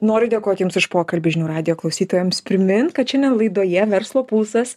noriu dėkoti jums už pokalbį žinių radijo klausytojams primint kad šiandien laidoje verslo pulsas